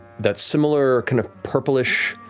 that similar, kind of purple-ish,